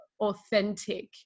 authentic